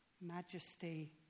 majesty